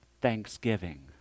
thanksgiving